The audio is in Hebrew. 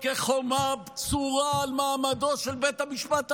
כחומה בצורה על מעמדו של בית המשפט העליון.